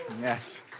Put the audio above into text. yes